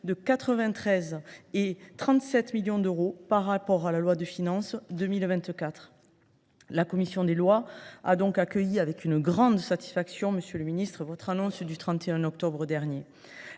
et de 37 millions d’euros par rapport à la loi de finances 2024. La commission des lois a donc accueilli avec une grande satisfaction, monsieur le garde des sceaux, votre annonce du 31 octobre dernier.